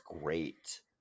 great